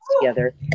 together